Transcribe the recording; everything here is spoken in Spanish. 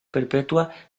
perpetua